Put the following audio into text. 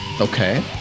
Okay